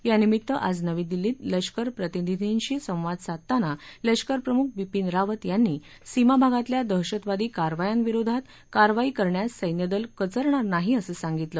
या निमित्त आज नवी दिल्लीत लष्कर प्रतिनिधींशी संवाद साधताना लष्करप्रमुख बिपीन रावत यांनी सीमाभागातल्या दहशतवादी कारवायांविरोधात कारवाई करण्यास सैन्यदल कचरणार नाही असं सांगितलं